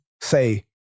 say